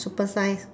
super size